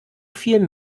viel